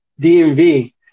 dmv